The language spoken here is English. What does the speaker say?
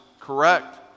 correct